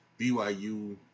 BYU